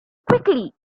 quickly